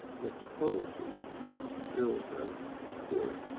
that the policies still have support,